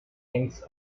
ends